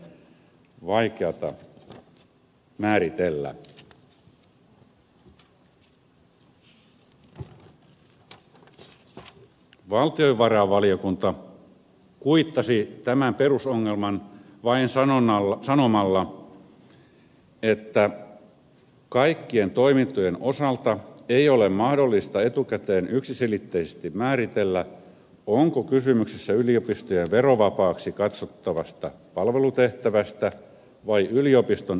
valtiovarainvaliokunta kuittasi tämän perusongelman vain sanomalla että kaikkien toimintojen osalta ei ole mahdollista etukäteen yksiselitteisesti määritellä onko kysymyksessä yliopistojen verovapaaksi katsottavasta palvelutehtävästä vai yliopiston elinkeinotoiminnasta